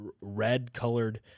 red-colored